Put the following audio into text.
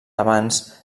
avanç